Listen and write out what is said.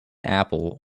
apple